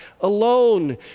alone